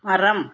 மரம்